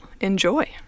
Enjoy